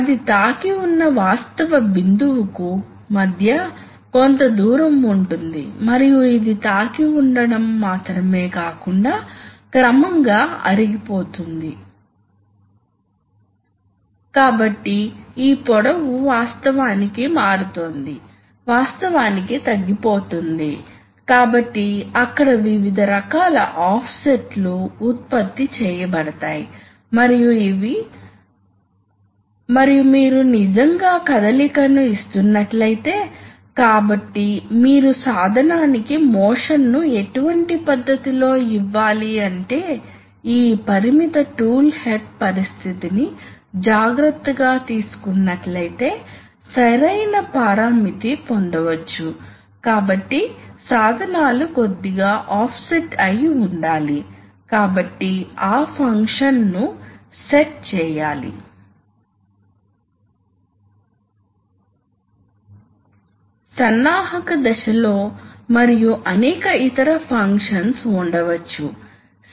కాబట్టి అటువంటి సందర్భాల్లో ఉదాహరణకు మనం మొదట OR లాజిక్ ని చూద్దాం ఇది చాలా సరళమైన న్యూమాటిక్ షటిల్ వాల్వ్ నిర్మాణం కాబట్టి మీరు ఆ ఔట్పుట్ ని చూస్తారు ఈ చివరలో మీకు ప్రెషర్ ఉంటే మీరు సిస్టమ్ తో అనుసంధానించబడిన పంప్ పొందబోతున్నారు మరోవైపు మీరు ఈ చివరలో కూడా ప్రెషర్ ని కొనసాగిస్తే అప్పుడు కూడా ఇది ఈ విధంగా మారుతుంది అందుకే దీనిని షటిల్ అని పిలుస్తారు కాబట్టి ఇది దీనిని మార్చి మూసివేస్తుంది ఇది ఈ పొజిషన్ ని తీసుకుంటుంది మరియు గాలి ప్రవహించడం ప్రారంభమవుతుంది కాబట్టి ఇక్కడ OR లాజిక్ ఉంది ఇక్కడ మేము ఒక ప్రెషర్ ని వర్తింపజేసినప్పటికీ సిస్టమ్ లోకి గాలి ప్రవహిస్తుంది